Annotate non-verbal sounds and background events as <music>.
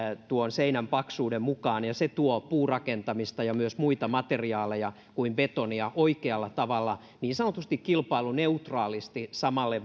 seinän paksuuden mukaan se tuo puurakentamista ja myös muita materiaaleja kuin betonia oikealla tavalla niin sanotusti kilpailuneutraalisti samalle <unintelligible>